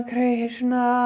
Krishna